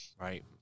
Right